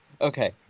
Okay